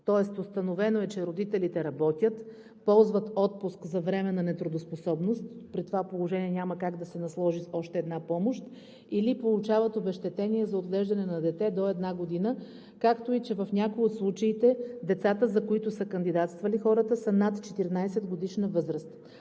Тоест установено е, че родителите работят, ползват отпуск за временна нетрудоспособност, при това положение няма как да се насложи с още една помощ, или получават обезщетение за отглеждане на дете до една година, както и че в някои от случаите децата, за които са кандидатствали хората, са над 14-годишна възраст.